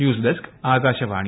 news desk Akashvani